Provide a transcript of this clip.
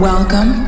Welcome